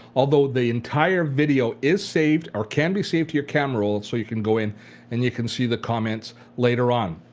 although the entire video is saved or can be saved into your camera roll so you can go in and you can see the comments later on.